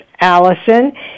Allison